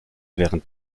während